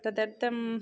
तदर्थम्